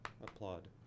applaud